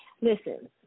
Listen